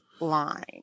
line